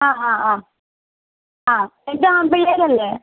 ആ ഹാ ആ ആ ഇത് ആൺപിള്ളേരല്ലേ